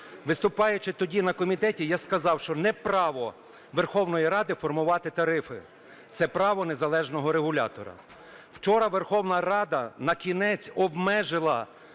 Виступаючи тоді на комітеті, я сказав, що не право Верховної Ради формувати тарифи, це право незалежного регулятора. Вчора Верховна Рада накінець обмежила